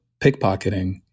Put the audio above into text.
pickpocketing